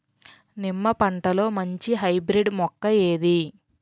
నిమ్మ పంటలో మంచి హైబ్రిడ్ మొక్క ఏది?